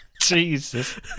Jesus